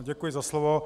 Děkuji za slovo.